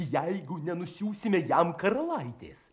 jeigu nenusiųsime jam karalaitės